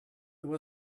there